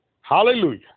Hallelujah